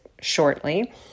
shortly